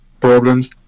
problems